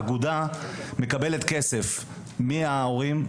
אגודה מקבלת כסף מההורים,